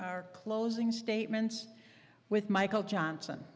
our closing statements with michael johnson